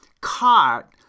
caught